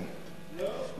לא,